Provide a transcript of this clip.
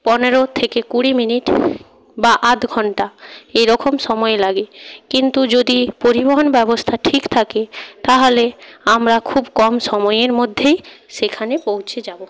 পনেরো থেকে কুড়ি মিনিট বা আধ ঘণ্টা এরকম সময় লাগে কিন্তু যদি পরিবহন ব্যবস্থা ঠিক থাকে তাহলে আমরা খুব কম সময়ের মধ্যেই সেখানে পৌঁছে যাবো